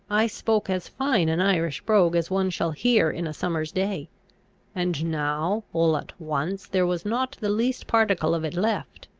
i spoke as fine an irish brogue as one shall hear in a summer's day and now, all at once, there was not the least particle of it left.